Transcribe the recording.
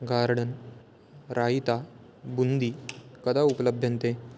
garden raita boondi कदा उपलभ्यन्ते